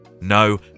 no